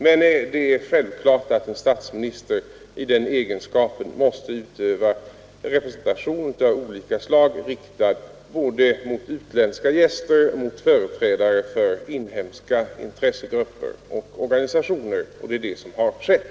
Men det är självklart att en statsminister i den egenskapen måste utöva representation av olika slag, riktad både mot utländska gäster och mot företrädare för inhemska intressegrupper och organisationer, och det är det som har skett.